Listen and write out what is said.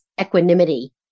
equanimity